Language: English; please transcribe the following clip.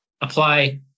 apply